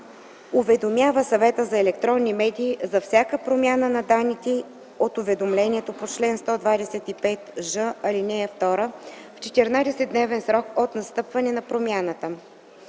уведомява Съвета за електронни медии за всяка промяна на данните от уведомлението по чл. 125ж, ал. 2 в 14-дневен срок от настъпването на промяната.